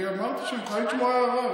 אני אמרתי שאני מוכן לשמוע הערה.